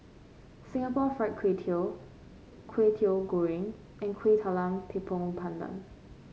Singapore Fried Kway Tiao Kwetiau Goreng and Kueh Talam Tepong Pandan